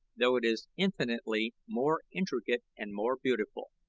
though it is infinitely more intricate and more beautiful.